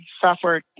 software